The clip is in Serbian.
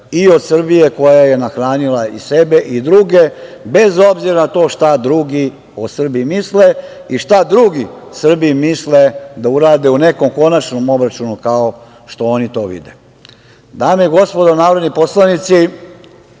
i od Srbije koja je nahranila i sebe i druge, bez obzira na to šta drugi o Srbiji misle i šta drugi Srbiji misle da urade u nekom konačnom obračunu, kao što oni to vide. Dame i gospodo narodni poslanici,